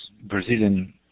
Brazilian